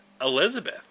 Elizabeth